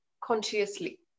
consciously